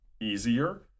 easier